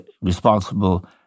responsible